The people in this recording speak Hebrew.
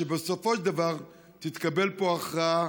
כדי שבסופו של דבר תתקבל פה הכרעה,